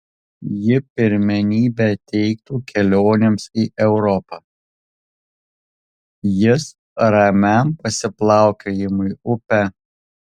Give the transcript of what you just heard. ji pirmenybę teiktų kelionėms į europą jis ramiam pasiplaukiojimui upe